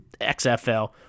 XFL